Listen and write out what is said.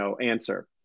answer